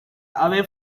away